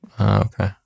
Okay